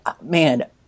man